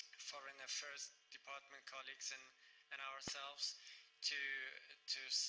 foreign affairs department colleagues and and ourselves to ah to